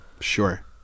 Sure